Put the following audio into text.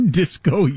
disco